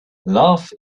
love